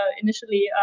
initially